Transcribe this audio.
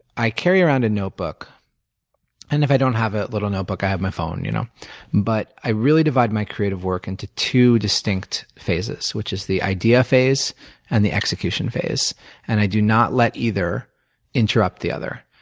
i carry around a notebook and, if i don't have a little notebook, i have my phone you know but i really divide my creative work into two distinct phases which is the idea phase and the execution phase and i do not let either interrupt the other.